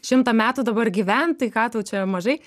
šimtą metų dabar gyvent tai ką tau čia mažai